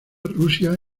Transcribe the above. rusia